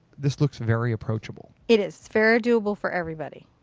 this looks very approachable. it is. it's very doable for everybody.